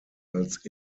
als